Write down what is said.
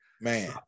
man